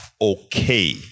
okay